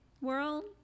World